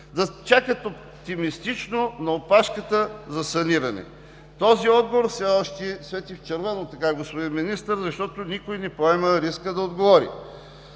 да чакат оптимистично на опашката за саниране? Този отговор все още свети в червено, господин Министър, защото никой не поема риска да отговори.